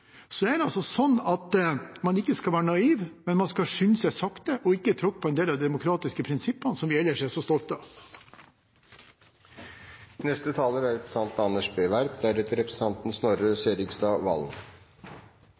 er det sånn at man ikke skal være naiv, men man skal skynde seg sakte og ikke tråkke på en del av de demokratiske prinsippene som vi ellers er så stolte